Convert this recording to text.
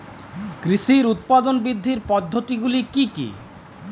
কৃষির উৎপাদন বৃদ্ধির পদ্ধতিগুলি কী কী?